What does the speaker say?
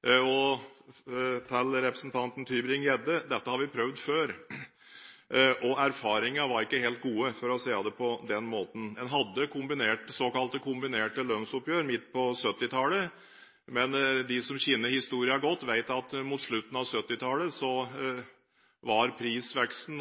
Til representanten Tybring-Gjedde: Dette har vi prøvd før. Erfaringene var ikke helt gode, for å si det på den måten. En hadde såkalte kombinerte lønnsoppgjør midt på 1970-tallet. De som kjenner historien godt, vet at mot slutten av 1970-tallet var prisveksten